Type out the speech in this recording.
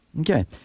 Okay